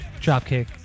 Dropkick